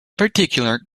particular